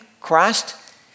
Christ